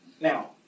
Now